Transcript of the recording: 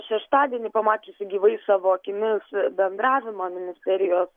šeštadienį pamačiusi gyvai savo akimis bendravimą ministerijos